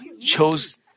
chose